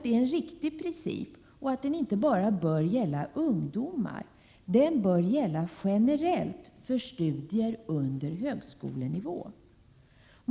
Det är en riktig princip, som bör gälla inte bara ungdomar utan generellt för studier under högskolenivå.